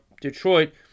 Detroit